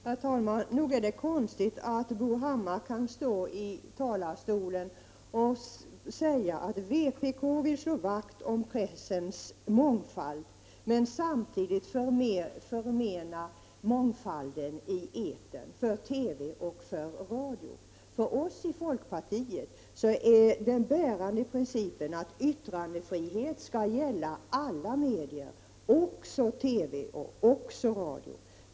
Herr talman! Nog är det konstigt att Bo Hammar kan stå i talarstolen och säga att vpk vill slå vakt om pressens mångfald, men samtidigt förbjuda mångfalden i etern, för TV och för radio. För oss i folkpartiet är den bärande principen att yttrandefriheten skall gälla alla medier, också TV och radio.